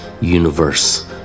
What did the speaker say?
universe